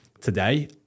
today